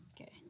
Okay